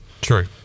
true